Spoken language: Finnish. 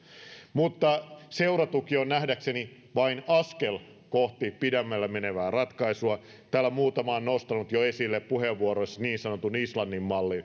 mutta seuratuki on nähdäkseni vain askel kohti pidemmälle menevää ratkaisua täällä muutama on nostanut jo esille puheenvuoroissa niin sanotun islannin